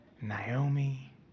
Naomi